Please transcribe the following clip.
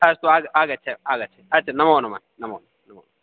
अस्तु आगच्छ आगच्छ अस्तु नमोनमः नमोनमः